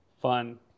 fun